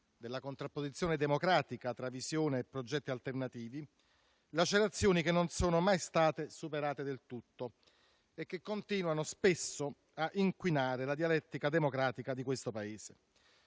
della contrapposizione democratica tra visioni e progetti alternativi, lacerazioni che non sono mai state superate del tutto e che continuano spesso a inquinare la dialettica democratica di questo Paese.